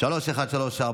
3134,